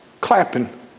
Clapping